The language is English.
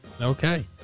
Okay